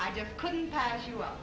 i just couldn't pass you up